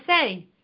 say